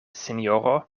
sinjoro